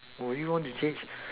would you want to change